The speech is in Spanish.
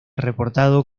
reportado